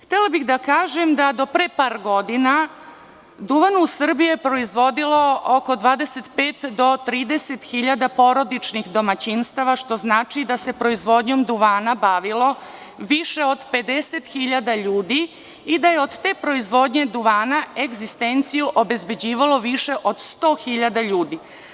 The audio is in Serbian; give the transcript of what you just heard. Htela bih da kažem da do pre par godina duvan u Srbiji je proizvodilo oko 25 do 30 hiljada porodičnih domaćinstava što znači da se proizvodnjom duvana bavilo više od 50 hiljada ljudi i da je od te proizvodnje duvana egzistenciju obezbeđivalo više od 100 hiljada ljudi.